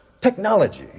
Technology